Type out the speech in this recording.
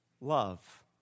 love